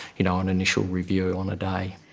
you know, an initial review on a day.